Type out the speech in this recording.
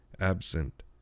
absent